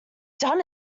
done